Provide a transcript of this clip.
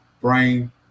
brain